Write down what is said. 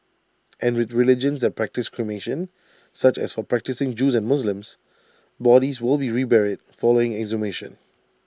and with religions that practise cremation such as for practising Jews and Muslims bodies will be reburied following exhumation